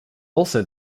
also